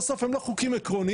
בסוף הם לא חוקים עקרוניים,